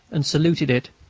and saluted it.